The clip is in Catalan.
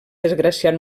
desgraciat